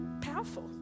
powerful